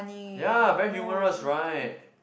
ya very humorous right